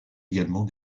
également